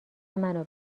منو